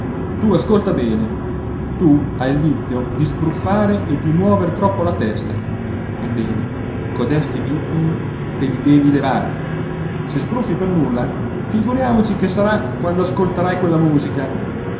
tu ascolta bene tu hai il vizio di sbruffare e di muover troppo la testa ebbene codesti vizii te li devi levare se sbruffi per nulla figuriamoci che sarà quando ascolterai quella musica